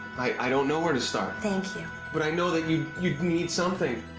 i don't know where to start. thank you. but i know that you you need something.